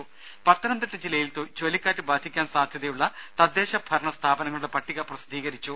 ദേദ പത്തനംതിട്ട ജില്ലയിൽ ചുഴലിക്കാറ്റ് ബാധിക്കാൻ സാധ്യതയുള്ള തദ്ദേശ ഭരണ സ്ഥാപനങ്ങളുടെ പട്ടിക പ്രസിദ്ധീകരിച്ചു